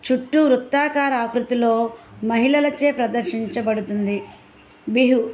చుట్టూ వృత్తాకార ఆకృతిలో మహిళలచే ప్రదర్శించబడుతుంది బిహు